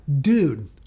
dude